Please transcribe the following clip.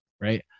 right